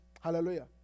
Hallelujah